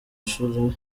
ishuri